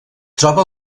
troba